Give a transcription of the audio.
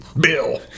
Bill